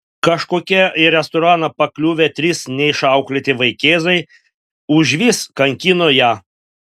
kažkokie į restoraną pakliuvę trys neišauklėti vaikėzai užvis kankino ją